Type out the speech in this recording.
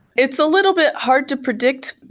it's a little bit hard to predict.